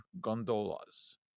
gondolas